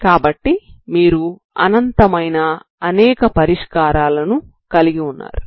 కాబట్టి మీరు అనంతమైన అనేక పరిష్కారాలను కలిగి ఉన్నారు